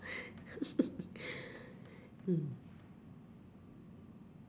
mm